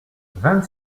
vingt